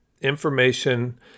information